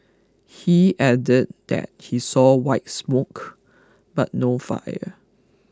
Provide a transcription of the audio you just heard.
he added that he saw white smoke but no fire